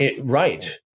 right